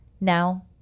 Now